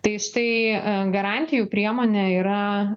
tai štai garantijų priemonė yra